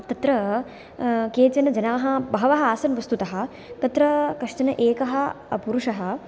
तत्र केचन जनाः बहवः आसन् वस्तुतः तत्र कश्चन एकः पुरुषः